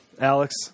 Alex